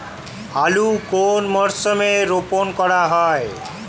আলু কোন মরশুমে রোপণ করা হয়?